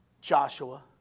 Joshua